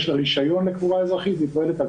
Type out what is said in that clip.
יש לה רישיון לקבורה אזרחית והיא פועלת על